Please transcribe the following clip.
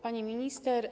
Pani Minister!